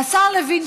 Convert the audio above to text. והשר לוין,